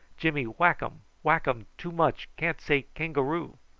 jimmy whack um, whack um too much can't say kangaroo.